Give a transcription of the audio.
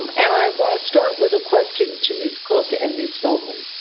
um and i want to start with a question to ms. cook and ms. feldman.